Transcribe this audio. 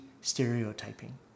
stereotyping